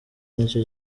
nicyo